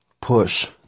push